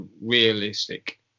realistic